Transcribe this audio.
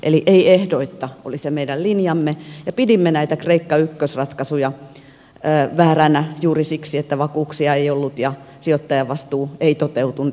eli ei ehdoitta oli se meidän linjamme ja pidimme näitä kreikka ykkösratkaisuja väärinä juuri siksi että vakuuksia ei ollut ja sijoittajavastuu ei toteutunut